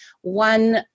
one